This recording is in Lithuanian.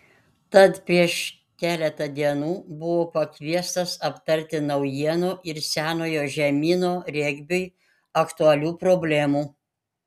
tad prieš keletą dienų buvo pakviestas aptarti naujienų ir senojo žemyno regbiui aktualių problemų